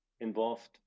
involved